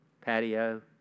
patio